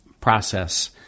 process